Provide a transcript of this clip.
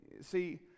See